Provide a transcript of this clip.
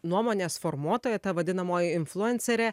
nuomonės formuotoja ta vadinamoji influencerė